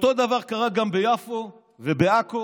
אותו דבר קרה גם ביפו ובעכו,